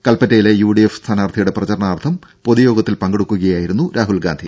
കൽപ്പറ്റയിലെ UDF സ്ഥാനാർത്ഥിയുടെ പ്രചരണാർത്ഥം പൊതുയോഗത്തിൽ പങ്കെടുക്കുകയായിരുന്നു രാഹുൽ ഗാന്ധി